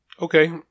okay